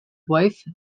wife